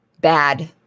bad